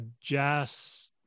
jazz